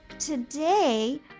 Today